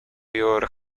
your